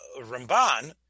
Ramban